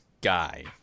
guy